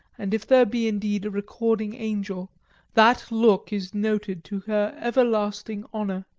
and if there be indeed a recording angel that look is noted to her everlasting honour.